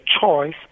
choice